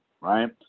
right